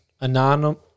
Anonymous